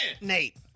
Nate